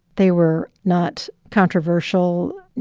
they were not controversial.